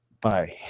Bye